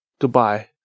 Goodbye